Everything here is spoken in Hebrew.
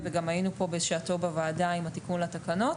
גם היינו פה בוועדה, בשעתו, עם התיקון לתקנות.